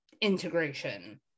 integration